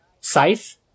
scythe